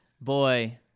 boy